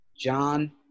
John